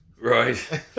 Right